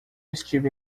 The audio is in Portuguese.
estive